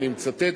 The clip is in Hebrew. אני מצטט,